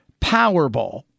Powerball